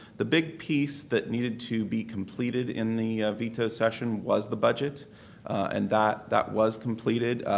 the big piece that needed to be completed in the veto session was the budget and that that was completed.